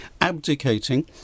abdicating